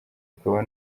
akaba